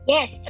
Yes